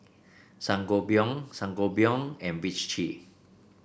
Sangobion Sangobion and Vichy